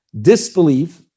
disbelief